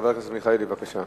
חבר הכנסת מיכאלי, בבקשה.